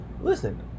Listen